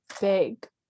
big